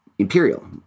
imperial